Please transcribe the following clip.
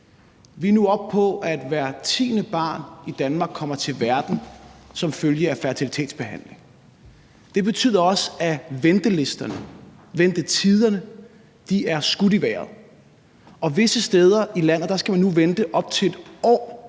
Vi er nu oppe på, at hvert tiende barn i Danmark kommer til verden som følge af fertilitetsbehandling. Det betyder også, at ventelisterne, ventetiderne er skudt i vejret. Visse steder i landet skal man nu vente i op til et år